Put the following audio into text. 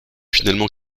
finalement